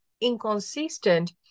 inconsistent